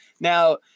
Now